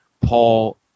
Paul